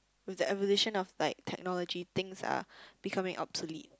with the evolution of like technology things are becoming obsolete